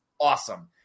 awesome